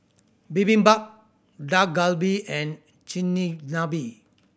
Bibimbap Dak Galbi and Chigenabe